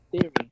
Theory